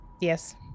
Yes